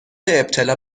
ابتلا